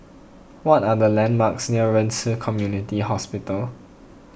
what are the landmarks near Ren Ci Community Hospital